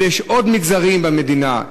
ויש עוד מגזרים במדינה,